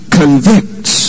convicts